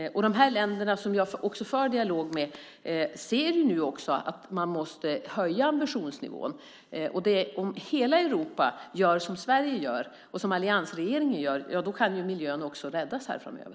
De här länderna, som jag också för dialog med, ser nu att de måste höja ambitionsnivån. Om hela Europa gör som Sverige gör och som alliansregeringen gör kan miljön räddas framöver.